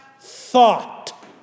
thought